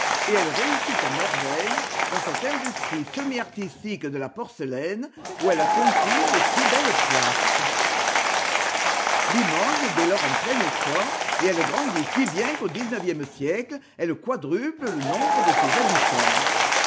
et elle réussit à merveille dans cette industrie semi artistique de la porcelaine où elle a conquis une si belle place limoges est dès lors en plein essor et elle grandit si bien qu'au dix-neuvième siècle elle quadruple le nombre de ses habitants